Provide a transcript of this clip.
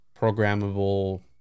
programmable